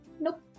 Nope